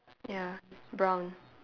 ya brown